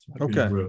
Okay